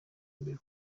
mbere